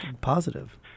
positive